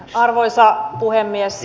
arvoisa puhemies